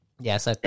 Yes